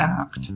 Act